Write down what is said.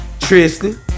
Tristan